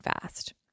fast